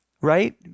Right